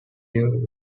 due